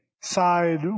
side